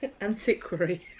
Antiquary